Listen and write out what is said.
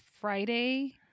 friday